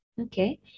Okay